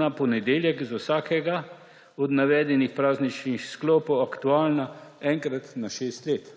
na ponedeljek za vsakega od navedenih prazničnih sklopov aktualna enkrat na šest let.